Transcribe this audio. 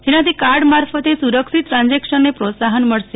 જેનાથી કાર્ડ મારફતે સુરક્ષિત ટ્રાન્ઝેક્શનને પ્રોત્સાફન મળશે